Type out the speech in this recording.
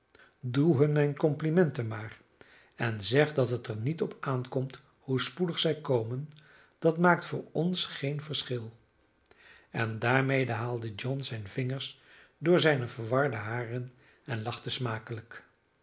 doe hun mijn compliment maar en zeg dat het er niet op aankomt hoe spoedig zij komen dat maakt voor ons geen verschil en daarmede haalde john zijne vingers door zijne verwarde haren en lachte smakelijk